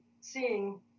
seeing